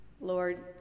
Lord